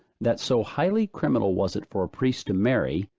that so highly criminal was it for a priest to marry,